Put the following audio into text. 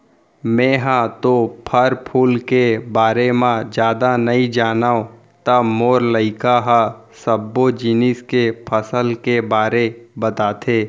मेंहा तो फर फूल के बारे म जादा नइ जानव त मोर लइका ह सब्बो जिनिस के फसल के बारे बताथे